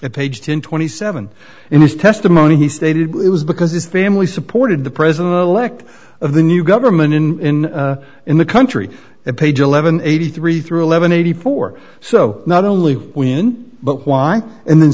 at page ten twenty seven in his testimony he stated it was because this family supported the president elect of the new government in in the country and page eleven eighty three through eleven eighty four so not only when but why and then